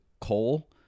coal